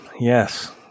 Yes